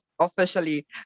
officially